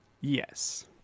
Yes